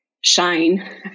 shine